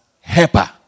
helper